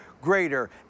greater